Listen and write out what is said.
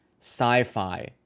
sci-fi